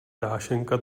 dášeňka